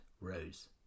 rose